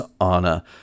Anna